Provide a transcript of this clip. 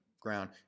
ground